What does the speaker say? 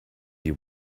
you